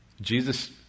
Jesus